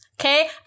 okay